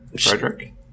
Frederick